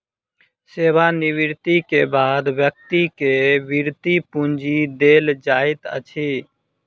सेवा निवृति के बाद व्यक्ति के वृति पूंजी देल जाइत अछि